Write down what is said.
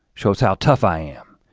shows how tough i am.